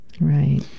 right